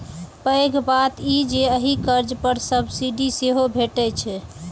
पैघ बात ई जे एहि कर्ज पर सब्सिडी सेहो भैटै छै